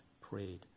prayed